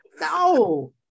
No